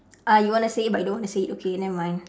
ah you want to say but you don't want to say it okay never mind